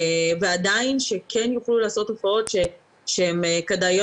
ועדיין שיוכלו לעשות הופעות שהן כדאיות